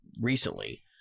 recently